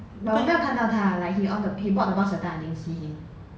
but 我没有看到他 like he on the he board the bus that time I didn't see him